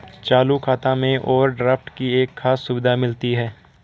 चालू खाता में ओवरड्राफ्ट की एक खास सुविधा मिलती है